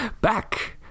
Back